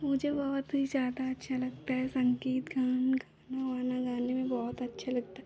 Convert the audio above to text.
मुझे बहुत ही ज़्यादा अच्छा लगता है संगीत गान गाना वाना गाने में बहुत अच्छा लगता है